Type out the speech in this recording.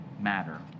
matter